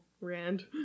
rand